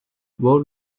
what